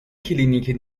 کلینیک